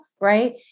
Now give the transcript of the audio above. Right